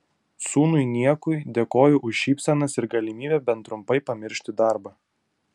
sūnui niekui dėkoju už šypsenas ir galimybę bent trumpai pamiršti darbą